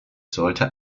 sollte